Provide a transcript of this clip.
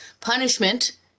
punishment